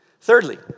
Thirdly